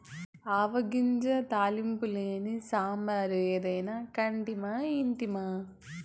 ఆవ గింజ తాలింపు లేని సాంబారు ఏదైనా కంటిమా ఇంటిమా